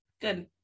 Good